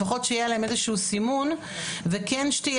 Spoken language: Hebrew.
לפחות שיהיה עליהם איזשהו סימון וכן שתהיה